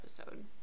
episode